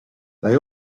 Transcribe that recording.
they